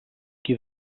qui